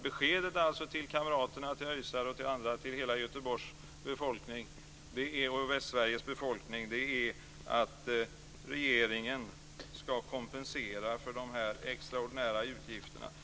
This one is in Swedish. Beskedet till kamraterna, till ÖIS:are, till hela Göteborgs befolkning och Västsveriges befolkning, är alltså att regeringen ska kompensera för dessa extraordinära utgifterna.